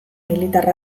militar